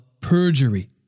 perjury